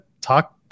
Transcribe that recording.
talk